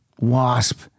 Wasp